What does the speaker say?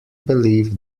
believe